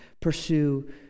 pursue